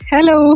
Hello